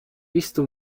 visto